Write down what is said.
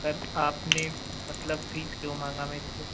sir आपने मतलब fees क्यों मांगा मेरे से